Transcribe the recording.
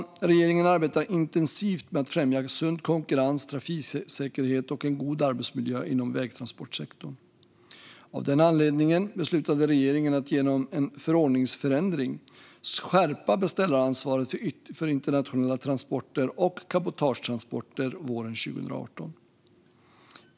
Regeringen arbetar intensivt med att främja sund konkurrens, trafiksäkerhet och en god arbetsmiljö inom vägtransportsektorn. Av den anledningen beslutade regeringen att genom en förordningsändring skärpa beställaransvaret för internationella transporter och cabotagetransporter våren 2018.